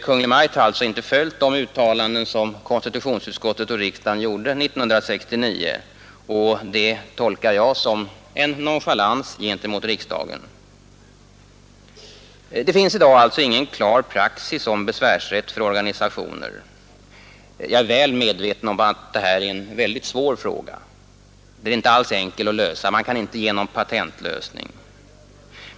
Kungl. Maj:t har alltså inte följt de uttalanden som konstitutionsutskottet och riksdagen gjorde 1969. Detta tolkar jag som en nonchalans gentemot riksdagen. Det finns i dag alltså ingen praxis om besvärsrätt för organisationer. Jag är medveten om att detta är en väldigt svår fråga. Den är inte alls enkel att lösa; man kan inte ge någon patentlösning.